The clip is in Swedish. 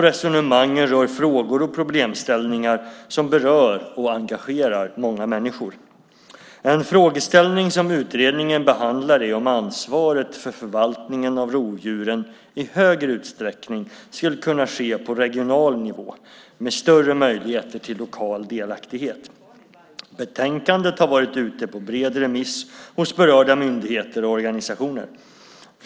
Resonemangen rör frågor och problemställningar som berör och engagerar många människor. En frågeställning som utredningen behandlar är om ansvaret för förvaltningen av rovdjuren i högre utsträckning skulle kunna ske på regional nivå med större möjligheter till lokal delaktighet. Betänkandet har varit ute på en bred remiss hos berörda myndigheter och organisationer.